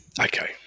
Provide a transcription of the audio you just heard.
Okay